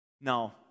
Now